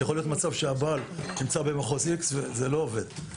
כי יכול להיות שהבעל נמצא במחוז X וזה לא עובד.